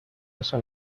eso